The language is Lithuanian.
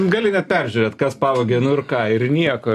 gali net peržiūrėt kas pavogė nu ir ką ir nieko